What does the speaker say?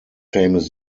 famous